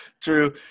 True